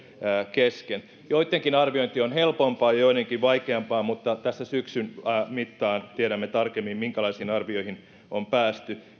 kesken joidenkin arviointi on helpompaa ja joidenkin vaikeampaa mutta tässä syksyn mittaan tiedämme tarkemmin minkälaisiin arvioihin on päästy